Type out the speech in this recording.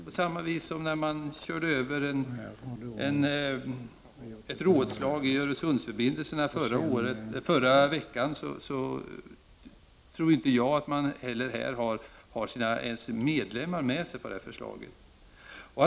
På samma sätt var det när man körde över ett rådslag om Öresundsförbindelserna förra veckan; jag tror inte att man nu heller har ens sina medlemmar med sig på det här förslaget.